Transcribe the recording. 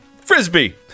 frisbee